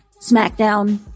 SmackDown